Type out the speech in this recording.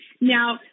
Now